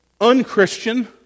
unchristian